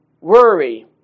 worry